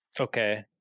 Okay